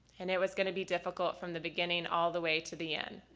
and it was going to be difficult from the beginning all the way to the end.